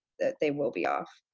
they will be off.